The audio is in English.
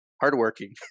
hardworking